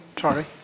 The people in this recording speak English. Sorry